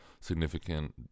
significant